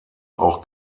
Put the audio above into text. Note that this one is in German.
auch